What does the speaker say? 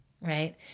right